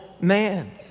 man